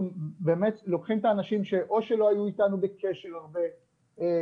אנחנו לוקחים את האנשים שלא היו איתנו בקשר שנים